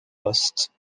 postes